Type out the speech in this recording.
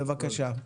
בבקשה.